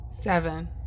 Seven